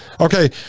Okay